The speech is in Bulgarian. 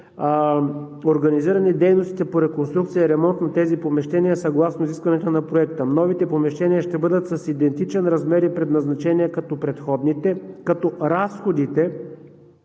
организирани дейностите по реконструкция и ремонт на тези помещения съгласно изискванията на Проекта. Новите помещения ще бъдат с идентичен размер и предназначение като предходните, като разходите,